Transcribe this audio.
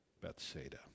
Bethsaida